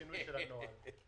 שינוי הנוהל.